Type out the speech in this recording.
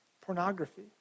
pornography